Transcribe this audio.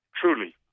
truly